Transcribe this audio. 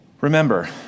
Remember